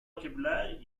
vocabulaire